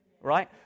right